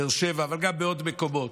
באר שבע, אבל גם בעוד מקומות.